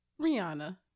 Rihanna